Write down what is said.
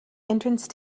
entrance